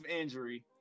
injury